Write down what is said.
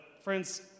friends